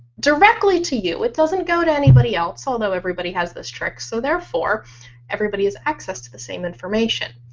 directly to you. it doesn't go to anybody else, although everybody has this trick, so therefore everybody has access to the same information.